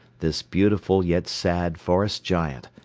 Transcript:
this beautiful yet sad forest giant,